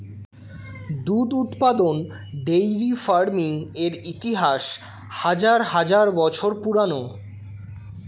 দুধ উৎপাদন dairy farming এর ইতিহাস হাজার হাজার বছর পুরানো